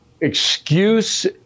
excuse